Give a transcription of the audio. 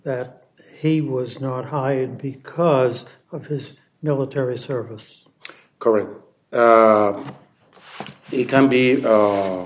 that he was not hired because of his military service correct it can be